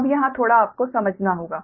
अब यहाँ थोड़ा आपको समझना होगा